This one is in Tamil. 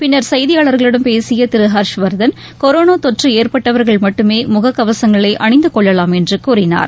பின்னர் செய்தியாளர்களிடம் பேசிய திரு ஹர்ஷ்வர்தன் கொரோனா தொற்று ஏற்பட்டவர்கள் மட்டுமே ழக கவசங்களை அணிந்துகொள்ளலாம் என்று கூறினார்